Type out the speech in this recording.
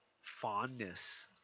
fondness